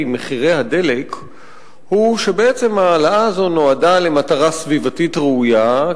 הדלק הוא שבעצם ההעלאה הזאת נועדה למטרה סביבתית ראויה,